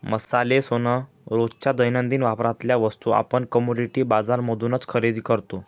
मसाले, सोन, रोजच्या दैनंदिन वापरातल्या वस्तू आपण कमोडिटी बाजार मधूनच खरेदी करतो